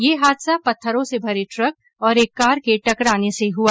यह हादसा पत्थरों से भरे ट्रक और एक कार के टकराने से हुआ